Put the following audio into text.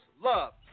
love